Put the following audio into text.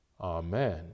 Amen